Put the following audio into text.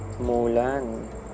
Mulan